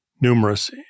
numerous